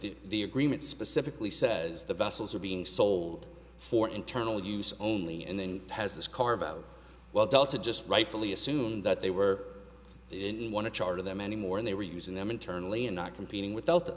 with the agreement specifically says the vessels are being sold for internal use only and then has this carve out well delta just rightfully assume that they were in one a chart of them anymore and they were using them internally and not competing with